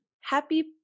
happy